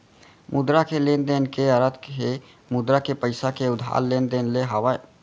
मुद्रा के लेन देन के अरथ हे मुद्रा के पइसा के उधार लेन देन ले हावय